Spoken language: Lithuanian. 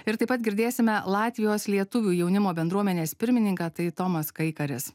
ir taip pat girdėsime latvijos lietuvių jaunimo bendruomenės pirmininką tai tomas kaikaris